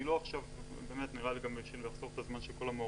ואני רוצה לחסוך את הזמן של כל המעורבים.